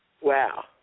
Wow